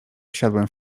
wsiadłem